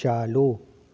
चालू